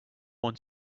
want